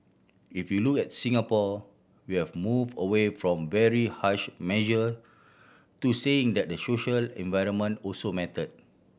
if you look at Singapore we have move away from very harsh measure to saying that the social environment also matter